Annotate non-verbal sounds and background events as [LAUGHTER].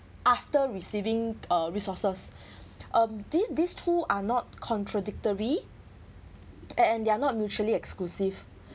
after receiving uh resources [BREATH] um this this two are not contradictory and and they are not mutually exclusive